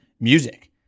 music